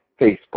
Facebook